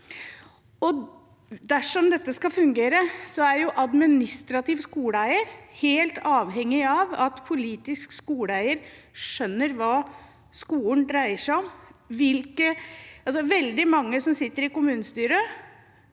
Dersom dette skal fungere, er administrativ skoleeier helt avhengig av at politisk skoleeier skjønner hva skolen dreier seg om. Veldig mange som sitter i kommunestyret,